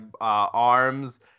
arms